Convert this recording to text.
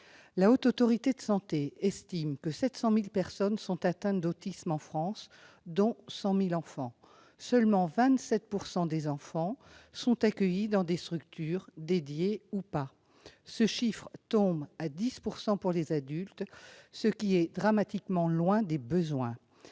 La Haute Autorité de santé estime que 700 000 personnes sont atteintes d'autisme en France, dont 100 000 enfants. Seulement 27 % des enfants sont accueillis dans des structures, dédiées ou pas. Le taux d'accueil tombe à 10 % pour les adultes, ce qui est dramatiquement inférieur aux besoins.